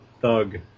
thug